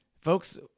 Folks